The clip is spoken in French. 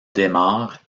démarre